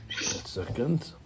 Second